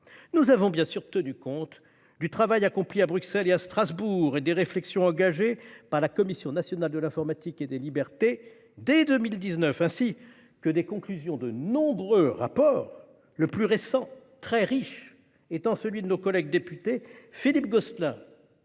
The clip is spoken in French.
Nous avons bien évidemment tenu compte du travail accompli à Bruxelles et à Strasbourg et des réflexions engagées par la Cnil dès 2019, ainsi que des conclusions de nombreux rapports, le plus récent, très riche, étant celui de nos collègues députés Philippe Gosselin-